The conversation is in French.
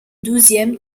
douzième